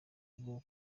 bwo